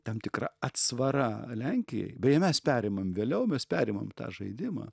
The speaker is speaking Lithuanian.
tam tikra atsvara lenkijai beje mes perimam vėliau mes perimam tą žaidimą